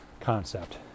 concept